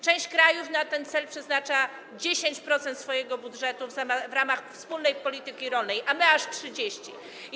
Część krajów na ten cel przeznacza 10% swojego budżetu w ramach wspólnej polityki rolnej, a my aż 30%.